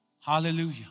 Hallelujah